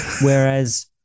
Whereas